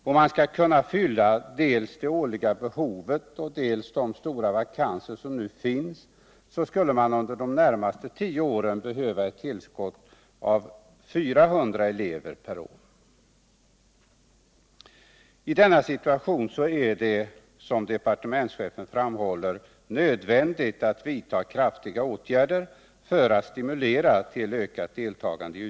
Om man skall kunna fylla dels det årliga behovet, dels de stora vakanser som nu finns, skulle man under de närmaste tio åren behöva ett ullskott av 400 elever per år.